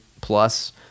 plus